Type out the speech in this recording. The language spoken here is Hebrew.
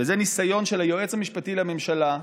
וזה ניסיון של היועץ המשפטי לממשלה,